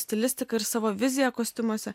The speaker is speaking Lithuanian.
stilistiką ir savo viziją kostiumuose